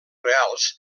reals